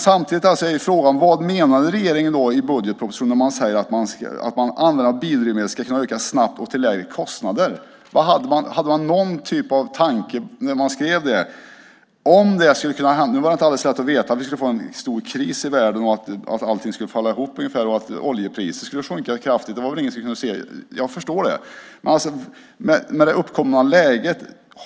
Samtidigt är frågan: Vad menade regeringen i budgetpropositionen med att användningen av bildrivmedel ska kunna öka snabbt och till lägre kostnader? Hade man någon typ av tanke när man skrev det? Det var inte alldeles lätt att veta att vi skulle få en stor kris i världen, att allt skulle falla ihop och att oljepriset skulle sjunka kraftigt. Det var väl ingen som kunde förutse det. Jag förstår det.